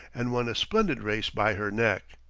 and won a splendid race by her neck,